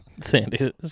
Sandy